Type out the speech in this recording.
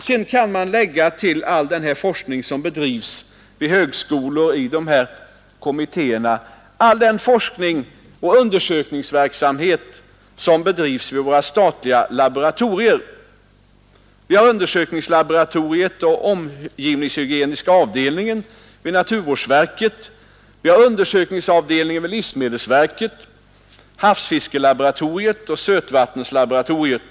Sedan kan man till all den forskning som bedrivs vid högskolor och i kommittéer lägga den forskningsoch undersökningsverksamhet som bedrivs vid våra statliga laboratorier. Vi har undersökningslaboratoriet och omgivningshygieniska avdelningen vid naturvårdsverket, vi har undersökningsavdelningen vid livsmedelsverket, havsfiskelaboratoriet och sötvattenslaboratoriet.